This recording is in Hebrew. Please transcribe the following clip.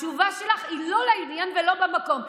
התשובה שלך היא לא לעניין ולא במקום.